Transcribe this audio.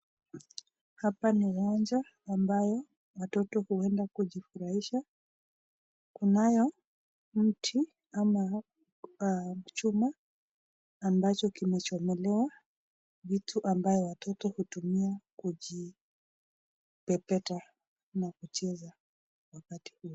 Hapa ni uwanja ambayo watoto huenda kujifurahisha. Kunayo mti ama chuma ambacho kimechomelewa vitu ambayo watoto hutumia kujipepeta na kucheza wakati huo.